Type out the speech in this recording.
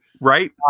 right